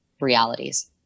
realities